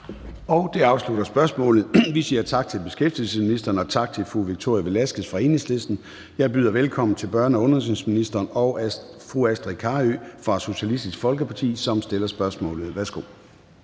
Det afslutter spørgsmålet. Vi siger tak til beskæftigelsesministeren og tak til fru Victoria Velasquez fra Enhedslisten. Jeg byder velkommen til børne- og undervisningsministeren og fru Astrid Carøe fra Socialistisk Folkeparti, som stiller spørgsmålet. Kl.